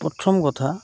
প্ৰথম কথা